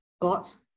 God's